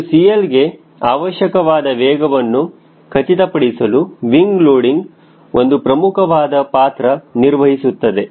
ಒಂದು 𝐶Lಗೆ ಅವಶ್ಯಕವಾದ ವೇಗವನ್ನು ಖಚಿತಪಡಿಸಲು ವಿಂಗ ಲೋಡಿಂಗ್ ಒಂದು ಪ್ರಮುಖವಾದ ಪಾತ್ರ ನಿರ್ವಹಿಸುತ್ತದೆ